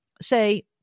say